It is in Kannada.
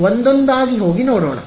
ಒಂದೊಂದಾಗಿ ಹೋಗಿ ನೋಡೋಣ